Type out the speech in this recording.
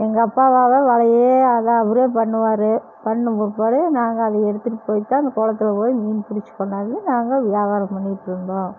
எங்கள் அப்பாவாகவே வலையே அது அவரே பண்ணுவார் பண்ண பிற்பாடு நாங்கள் அதை எடுத்துகிட்டு போய் தான் அந்த குளத்துல போய் மீன் பிடுச்சி கொண்டாந்து நாங்கள் வியாபாரம் பண்ணிகிட்டுருந்தோம்